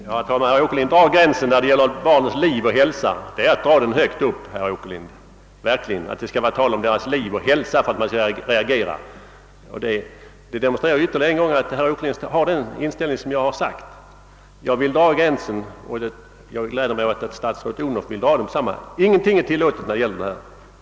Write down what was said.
Herr talman! Herr Åkerlind drar gränsen vid fall som gäller barnens »liv och hälsa». Det är verkligen att dra gränsen för att man skall reagera väl högt. Detta demonstrerar ytterligare en gång att herr Åkerlind har den inställning som jag angivit. Jag vill dra gränsen så — och jag har, med tillfredsställelse erfarit att statsrådet Odhnoff vill dra den på samma sätt — att ingenting är tillåtet i detta avseende.